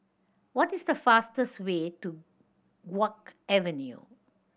what is the fastest way to Guok Avenue